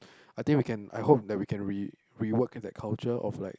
I think we can I hope that we can re~ rework in that culture of like